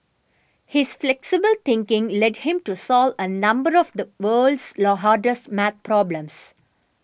his flexible thinking led him to solve a number of the world's the hardest math problems